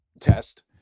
test